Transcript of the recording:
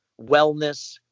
wellness